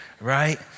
right